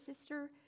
sister